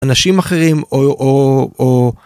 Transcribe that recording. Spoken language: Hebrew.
אנשים אחרים או.